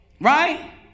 Right